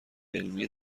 علمی